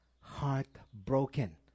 heartbroken